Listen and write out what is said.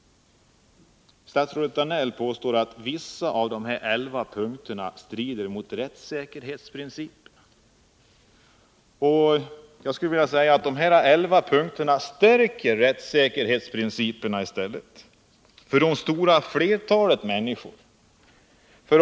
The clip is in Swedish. Statsrådet Danell påstår att vissa av de här elva punkterna strider moträttssäkerhetsprinciperna. Jag skulle i stället vilja säga att de här elva punkterna stärker rättssäkerhetsprinciperna för det stora flertalet männi NS ; z Om stugbyverkskor.